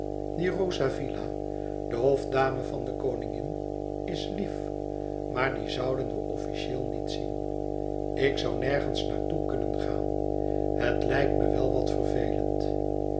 di rosavilla de hofdame van de koningin is lief maar die zouden we officieel niet zien ik zoû nergens naar toe kunnen gaan het lijkt me wel wat vervelend